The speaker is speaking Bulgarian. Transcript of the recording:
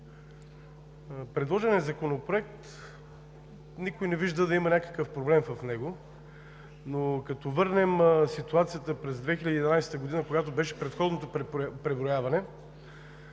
предложения законопроект никой не вижда да има някакъв проблем, но като върнем ситуацията през 2011 г., когато беше предходното преброяване,